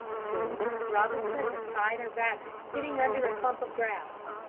soon robinson espied a rabbit sitting under a clump of grass.